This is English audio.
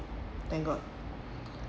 thank god